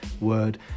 word